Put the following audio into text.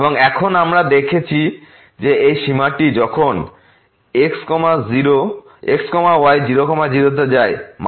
এবং এখন আমরা দেখেছি যে এই সীমাটি যখন x y 00 তে যায় মান 4 এবং 0 নয়